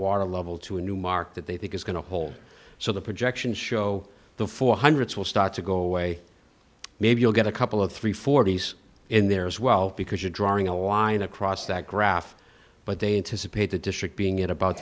water level to a new mark that they think is going to hold so the projections show the four hundreds will start to go away maybe you'll get a couple of three forty's in there as well because you're drawing a line across that graph but they anticipate the district being at about